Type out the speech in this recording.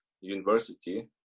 university